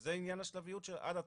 שזה עניין השלביות עד הטרקטורים.